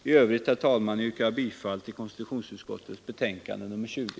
I övrigt, herr talman, yrkar jag bifall till konstitutionsutskottets hemställan i dess betänkande nr 20.